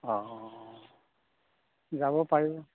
অঁ অঁ অঁ যাব পাৰি